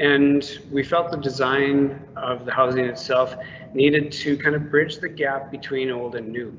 and we felt the design of the housing itself needed to kind of bridge the gap between old and new.